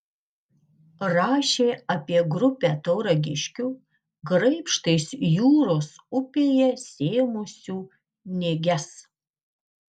rašė apie grupę tauragiškių graibštais jūros upėje sėmusių nėges